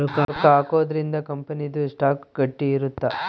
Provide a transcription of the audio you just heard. ರೊಕ್ಕ ಹಾಕೊದ್ರೀಂದ ಕಂಪನಿ ದು ಸ್ಟಾಕ್ ಗಟ್ಟಿ ಇರುತ್ತ